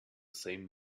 same